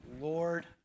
Lord